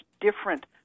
different